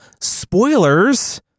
Spoilers